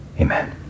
Amen